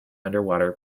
underwater